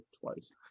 twice